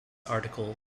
article